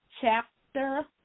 chapter